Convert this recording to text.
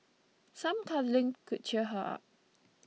some cuddling could cheer her up